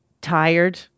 tired